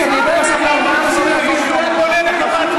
אני יודע, לא ייאמן.